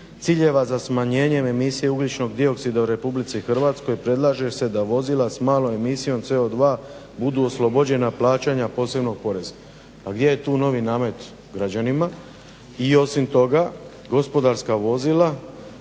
ciljeva za smanjenjem emisije ugljičnog dioksida u Republici Hrvatskoj predlaže se da vozila s malom emisijom CO2 budu oslobođena plaćanja posebnog poreza, a gdje je tu novi namet građanima. I osim toga gospodarska vozila